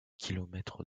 kilomètres